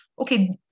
Okay